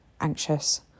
anxious